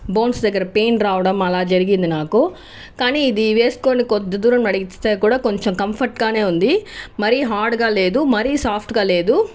bones దగ్గర pain రావడం అలా జరిగింది నాకు కానీ ఇది వేసుకుని కొద్ది దూరం నడిస్తే కొంచం కంఫర్ట్ గా ఉంది మరీ హార్డ్గా లేదు మరీ సాఫ్ట్గా లేదు